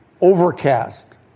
Overcast